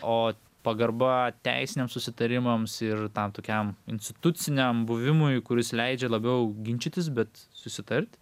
o pagarba teisiniams susitarimams ir tam tokiam instituciniam buvimui kuris leidžia labiau ginčytis bet susitart